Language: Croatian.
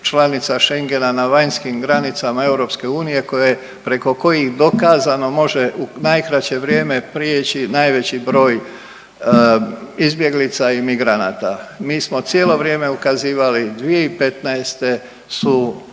članica Schengena na vanjskim granicama EU preko kojih dokazano može u najkraće vrijeme prijeći najveći broj izbjeglica i migranata. Mi smo cijelo vrijeme ukazivali 2015. su